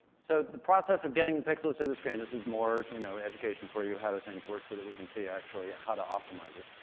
so the process of getting pixels to the screen. this is more you know education for you, how do things work, so that we can see actually how to optimize it,